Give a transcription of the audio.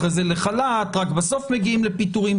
אחר כך לחל"ת ורק בסוף מגיעים לפיטורים?